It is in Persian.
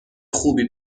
خوبی